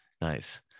Nice